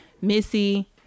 Missy